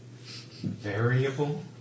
Variable